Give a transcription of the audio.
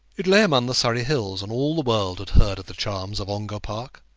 it lay among the surrey hills, and all the world had heard of the charms of ongar park.